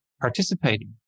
participating